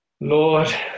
Lord